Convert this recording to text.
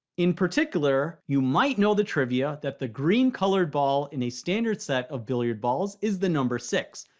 in particular, you might know the trivia that the green colored ball in a standard set of billiard balls is the number six.